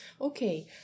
Okay